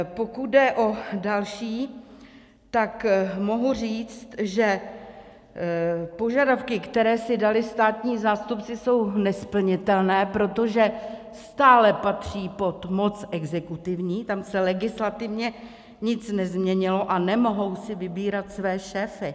Pokud jde o další, tak mohu říct, že požadavky, které si dali státní zástupci, jsou nesplnitelné, protože stále patří pod moc exekutivní, tam se legislativně nic nezměnilo, a nemohou si vybírat své šéfy.